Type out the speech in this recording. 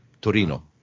Torino